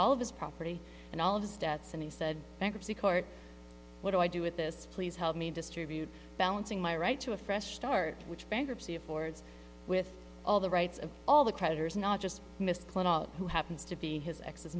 all of his property and all of his debts and he said bankruptcy court what do i do with this please help me distribute balancing my right to a fresh start which bankruptcy affords with all the rights of all the creditors not just mr clinton who happens to be his